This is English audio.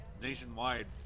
nationwide